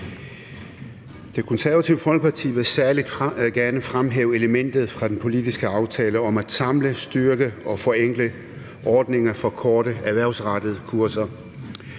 Det Konservative Folkeparti vil særlig gerne fremhæve elementet fra den politiske aftale om at samle, styrke og forenkle ordninger for korte erhvervsrettede kurser.